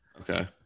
okay